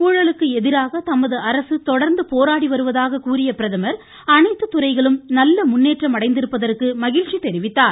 ஊழலுக்கு எதிராக தமது அரசு தொடர்ந்து போராடி வருவதாக கூறிய பிரதமர் அனைத்து துறைகளும் நல்ல முன்னேற்றம் அடைந்திருப்பதற்கு மகிழச்சி தெரிவித்தார்